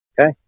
Okay